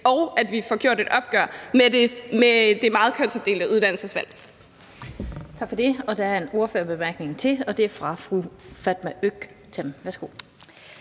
om, at vi får taget et opgør med det meget kønsopdelte uddannelsesvalg.